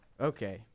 Okay